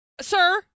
Sir